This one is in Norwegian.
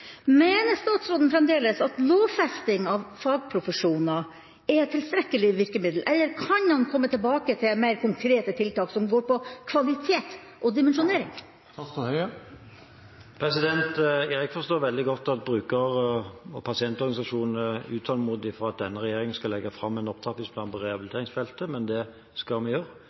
Mener statsråden fremdeles at lovfesting av fagprofesjoner er et tilstrekkelig virkemiddel, eller kan han komme tilbake til mer konkrete tiltak som går på kvalitet og dimensjonering? Jeg forstår veldig godt at bruker- og pasientorganisasjonene er utålmodige etter at regjeringen skal legge fram en opptrappingsplan på rehabiliteringsfeltet, men det skal vi gjøre.